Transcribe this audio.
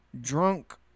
drunk